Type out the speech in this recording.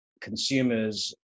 consumers